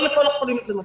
לא לכל החולים זה מתאים.